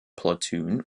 platoon